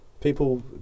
people